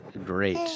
great